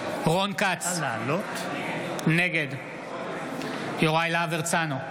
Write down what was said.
רון כץ, נגד יוראי להב הרצנו,